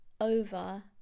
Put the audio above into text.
over